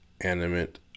animate